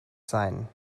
sein